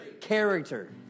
character